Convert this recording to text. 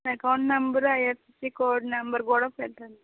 account number IFSC code number కూడా పెట్టండి